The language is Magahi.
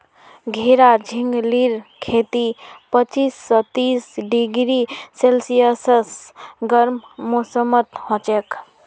घेरा झिंगलीर खेती पच्चीस स तीस डिग्री सेल्सियस गर्म मौसमत हछेक